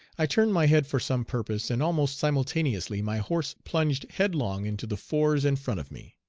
i turned my head for some purpose, and almost simultaneously my horse plunged headlong into the fours in front of me.